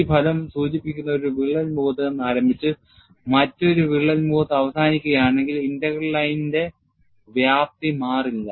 ഈ ഫലം സൂചിപ്പിക്കുന്നത് ഒരു വിള്ളൽ മുഖത്ത് നിന്ന് ആരംഭിച്ച് മറ്റൊരു വിള്ളൽ മുഖത്ത് അവസാനിക്കുകയാണെങ്കിൽ ഇന്റഗ്രൽ ലൈനിന്റെ വ്യാപ്തി മാറില്ല